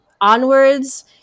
onwards